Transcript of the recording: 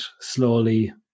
slowly